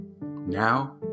Now